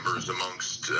amongst